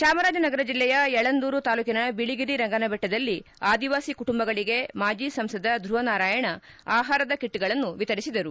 ಚಾಮರಾಜನಗರ ಜಿಲ್ಲೆಯ ಯಳಂದೂರು ತಾಲೂಕಿನ ಬಿಳಿಗಿರಿ ರಂಗನ ಬೆಟ್ಟದಲ್ಲಿ ಆದಿವಾಸಿ ಕುಟುಂಬಗಳಿಗೆ ಮಾಜಿ ಸಂಸದ ದ್ರುವ ನಾರಾಯಣ ಆಹಾರದ ಕಿಟ್ಗಳನ್ನು ವಿತರಿಸಿದರು